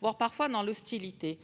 voire parfois dans l'hostilité.